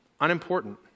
unimportant